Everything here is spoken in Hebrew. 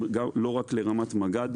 לא רק לרמת מג"ד,